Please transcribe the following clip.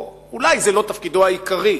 או אולי זה לא תפקידו העיקרי,